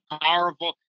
powerful